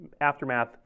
aftermath